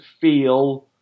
feel